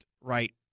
right